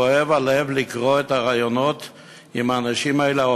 כואב הלב לקרוא את הראיונות עם האנשים האלה,